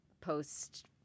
post